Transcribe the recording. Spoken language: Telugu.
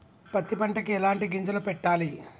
పత్తి పంటకి ఎలాంటి గింజలు పెట్టాలి?